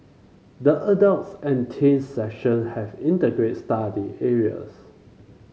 the adults and teens section have integrate study areas